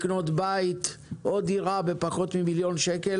לקנות בית או דירה בפחות ממיליון שקל.